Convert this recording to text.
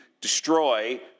destroy